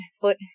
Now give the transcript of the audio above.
foot